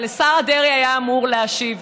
אבל השר דרעי היה אמור להשיב.